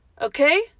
Okay